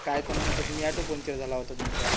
काय तर म्हणत आ तुम्ही अॅटो पंचर झाला होता तुमचा